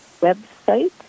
website